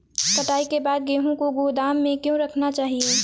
कटाई के बाद गेहूँ को गोदाम में क्यो रखना चाहिए?